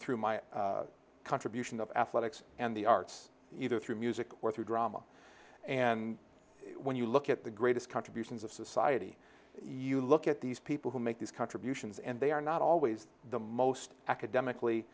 through my contribution of athletics and the arts either through music or through drama and when you look at the greatest contributions of society you look at these people who make these contributions and they are not always the most academically